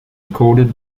recorded